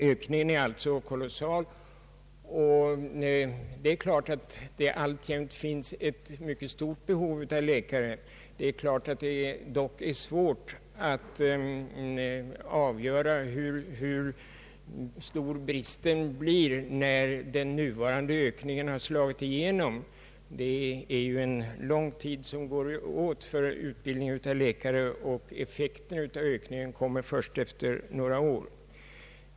Ökningen är alltså kolossal, men det finns alltjämt ett mycket stort behov av läkare. Det är dock svårt att avgöra, hur stor bristen blir när den nuvarande ökningen slagit igenom, Utbildningen av läkare tar lång tid, och effekten av ökningen kommer först efter några år.